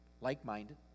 like-minded